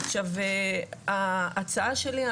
עכשיו ההצעה שלי,